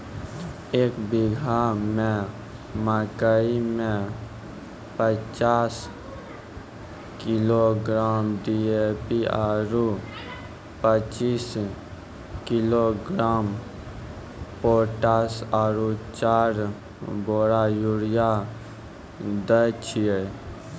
एक बीघा मे मकई मे पचास किलोग्राम डी.ए.पी आरु पचीस किलोग्राम पोटास आरु चार बोरा यूरिया दैय छैय?